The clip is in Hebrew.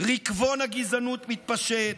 ריקבון הגזענות מתפשט,